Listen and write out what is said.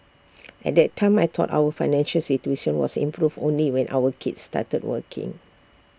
at that time I thought our financial situation was improve only when our kids started working